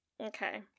okay